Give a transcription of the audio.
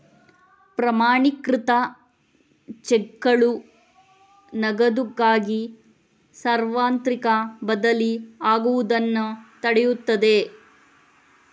ಪ್ರಮಾಣೀಕೃತ ಚೆಕ್ಗಳು ನಗದುಗಾಗಿ ಸಾರ್ವತ್ರಿಕ ಬದಲಿಯಾಗುವುದನ್ನು ತಡೆಯುತ್ತದೆ